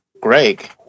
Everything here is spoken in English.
Greg